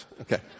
Okay